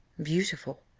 beautiful!